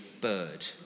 bird